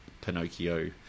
Pinocchio